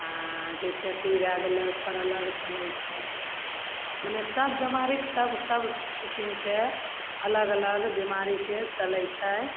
आओर जैसेकि भए गेलय ओकर अलग चलय छै मने सब बीमारीके सब किसिमसँ अलग अलग बीमारीके चलय छै